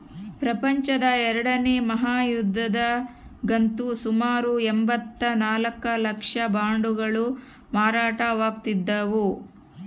ಪ್ರಪಂಚದ ಎರಡನೇ ಮಹಾಯುದ್ಧದಗಂತೂ ಸುಮಾರು ಎಂಭತ್ತ ನಾಲ್ಕು ಲಕ್ಷ ಬಾಂಡುಗಳು ಮಾರಾಟವಾಗಿದ್ದವು